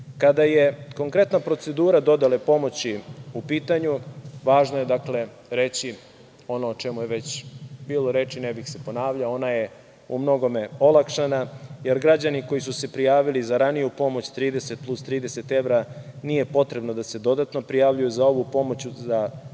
je konkretna procedura dodele pomoći u pitanju, važno je reći ono o čemu je već bilo reči, ne bih se ponavljao, ona je u mnogome olakšana, jer građani koji su se prijavili za raniju pomoć 30 plus 30 evra nije potrebno da se dodatno prijavljuju za ovu pomoć od